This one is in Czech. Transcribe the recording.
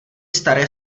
staré